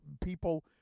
people